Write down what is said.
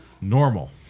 Normal